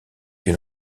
une